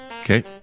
Okay